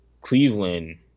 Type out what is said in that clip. Cleveland –